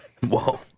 Whoa